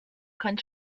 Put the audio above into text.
her